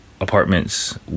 apartments